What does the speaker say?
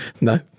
No